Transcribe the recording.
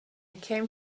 came